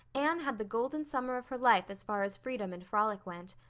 anne had the golden summer of her life as far as freedom and frolic went.